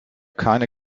keine